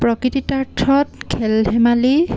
প্ৰকৃতিতাৰ্থত খেল ধেমালি